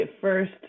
first